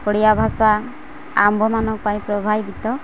ଓଡ଼ିଆ ଭାଷା ଆମ୍ଭମାନଙ୍କ ପାଇଁ ପ୍ରଭାବିତ